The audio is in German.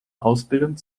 ausbildung